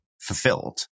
fulfilled